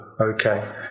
Okay